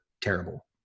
terrible